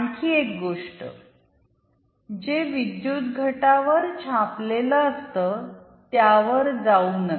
आणखी एक गोष्टजे विद्युत घटावर छापलेलं असत त्यावर जाऊ नका